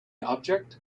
object